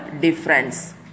difference